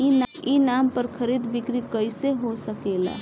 ई नाम पर खरीद बिक्री कैसे हो सकेला?